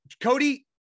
Cody